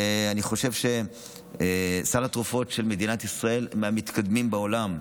ואני חושב שסל התרופות של מדינת ישראל הוא מהמתקדמים בעולם,